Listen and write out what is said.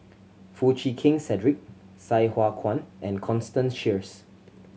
Foo Chee Keng Cedric Sai Hua Kuan and Constance Sheares